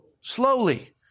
slowly